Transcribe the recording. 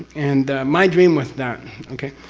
and my dream was that. okay?